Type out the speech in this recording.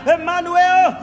Emmanuel